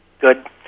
good